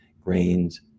grains